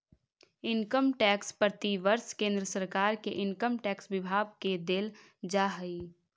income tax प्रतिवर्ष केंद्र सरकार के इनकम टैक्स विभाग के देल जा हई